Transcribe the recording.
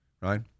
right